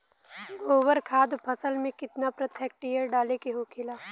गोबर खाद फसल में कितना प्रति हेक्टेयर डाले के होखेला?